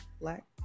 Black